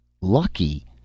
Lucky